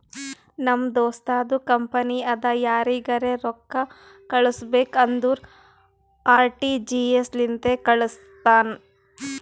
ನಮ್ ದೋಸ್ತುಂದು ಕಂಪನಿ ಅದಾ ಯಾರಿಗರೆ ರೊಕ್ಕಾ ಕಳುಸ್ಬೇಕ್ ಅಂದುರ್ ಆರ.ಟಿ.ಜಿ.ಎಸ್ ಲಿಂತೆ ಕಾಳುಸ್ತಾನ್